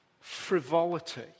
frivolity